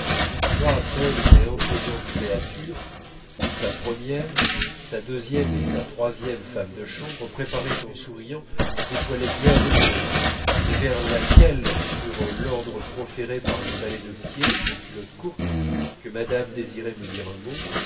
où trois belles et imposantes créatures sa première sa deuxième et sa troisième femme de chambre préparaient en souriant des toilettes merveilleuses et vers laquelle sur l'ordre proféré par le valet de pied en culotte courte que madame désirait me dire un mot